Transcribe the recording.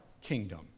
kingdom